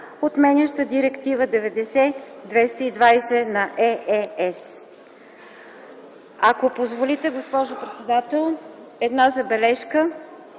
отменяща Директива 90/220/ЕЕС.” Ако позволите, госпожо председател, една забележка.